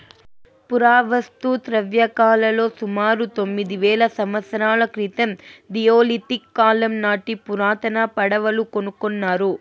పురావస్తు త్రవ్వకాలలో సుమారు తొమ్మిది వేల సంవత్సరాల క్రితం నియోలిథిక్ కాలం నాటి పురాతన పడవలు కనుకొన్నారు